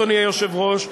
אדוני היושב-ראש,